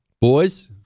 Boys